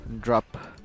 drop